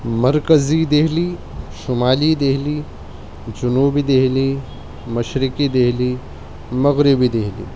مرکزی دہلی شمالی دہلی جنوبی دہلی مشرقی دہلی مغربی دہلی